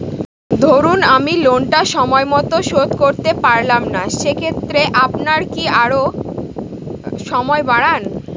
ধরুন আমি লোনটা সময় মত শোধ করতে পারলাম না সেক্ষেত্রে আপনার কি আরো সময় বাড়ান?